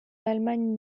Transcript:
l’allemagne